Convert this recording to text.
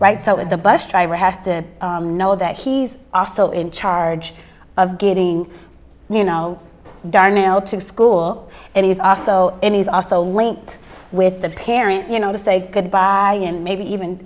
right so that the bus driver has to know that he's also in charge of getting you know darnell to school and he's also in he's also linked with the parent you know to say good bye and maybe even